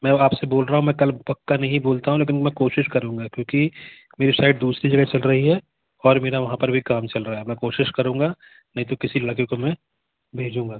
मैं आप से बोल रहा हू मैं कल पक्का नहीं बोलता हूँ लेकिन मैं कोशिश करूँगा क्योंकि मेरे साईट दूसरी जगह चल रही है और मेरा वहाँ पर भी काम चल रहा है मैं कोशिश करूँगा नहीं तो किसी लड़के को मैं भेजूँगा